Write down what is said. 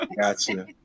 Gotcha